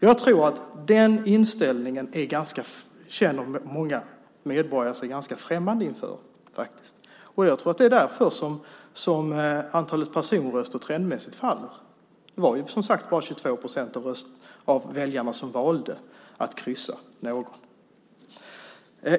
Jag tror att många medborgare känner sig ganska främmande inför den inställningen. Jag tror att det är därför som antalet personröster trendmässigt faller. Det var ju bara 22 procent av väljarna som valde att kryssa någon.